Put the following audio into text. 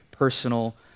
personal